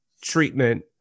treatment